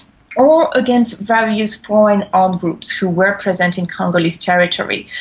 or against various foreign armed groups who were present in congolese territory,